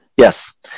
Yes